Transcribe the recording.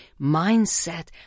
mindset